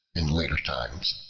in later times,